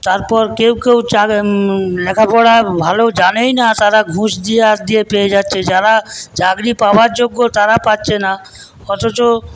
তারপর কেউ কেউ লেখাপড়া ভালো জানেই না তারা ঘুষ দিয়ে পেয়ে যাচ্ছে যারা চাকরি পাওয়ার যোগ্য তারা পাচ্ছে না অথচ